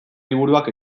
liburuak